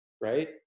right